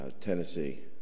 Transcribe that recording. Tennessee